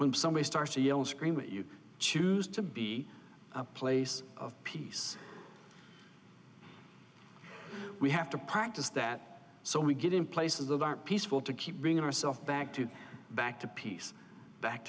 when somebody starts to yell scream what you choose to be a place of peace we have to practice that so we get in places that are peaceful to keep bringing ourself back to back to peace back